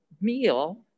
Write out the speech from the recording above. meal